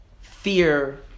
fear